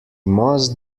must